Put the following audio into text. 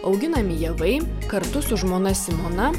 auginami javai kartu su žmona simona